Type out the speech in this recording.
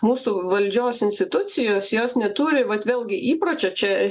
mūsų valdžios institucijos jos neturi vat vėlgi įpročio čia